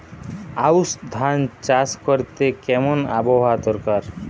আউশ ধান চাষ করতে কেমন আবহাওয়া দরকার?